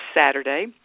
Saturday